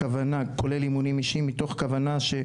כולל אימונים אישיים מתוך כוונה.